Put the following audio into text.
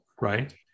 Right